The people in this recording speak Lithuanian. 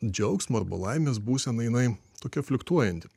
džiaugsmo arba laimės būseną jinai tokia fliuktuojanti